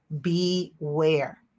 beware